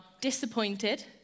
disappointed